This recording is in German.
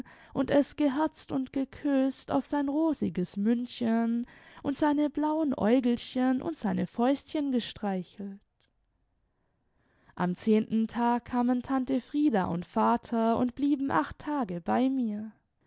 und es geherzt und geküßt auf sein rosiges mündchen und seine blauen äugelchen und seine fäustchen gestreichelt am zehnten tag kamen tante frieda und vater und blieben acht tage bei mir